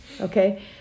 Okay